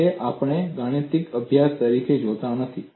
અંતે આપણે ગાણિતિક અભ્યાસ તરીકે જોતા નથી